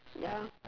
ya